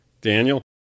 Daniel